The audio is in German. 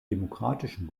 demokratischen